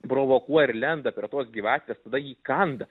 provokuoja ir lenda prie tos gyvatės tada ji įkanda